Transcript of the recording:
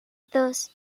dos